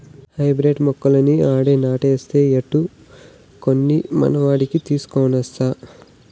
hybrid మొక్కలన్నీ ఆడే నాటేస్తే ఎట్టా, కొన్ని మనకాడికి తీసికొనొస్తా